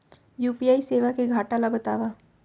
UPI सेवा के घाटा ल बतावव?